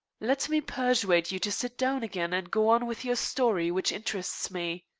let me persuade you to sit down again and go on with your story, which interests me.